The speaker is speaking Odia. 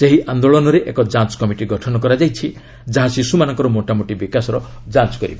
ସେହି ଆନ୍ଦୋଳନରେ ଏକ ଯାଞ୍ଚ୍ କମିଟିର ଗଠନ କରାଯାଇଛି ଯାହା ଶିଶୁମାନଙ୍କର ମୋଟାମୋଟି ବିକାଶର ଯାଞ୍ଚ୍ କରିବ